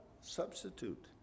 substitute